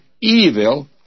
evil